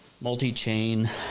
multi-chain